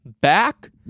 back